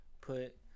put